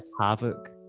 havoc